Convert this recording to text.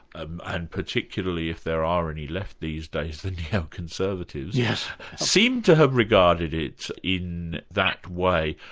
ah and particularly if there are any left these days, the neo-conservatives, yeah seem to have regarded it in that way.